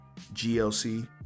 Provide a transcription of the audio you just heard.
GLC